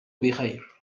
بخير